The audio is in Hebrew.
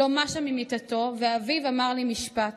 בת הזוג שלו לא משה ממיטתו, ואביו אמר לי משפט.